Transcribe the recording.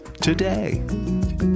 today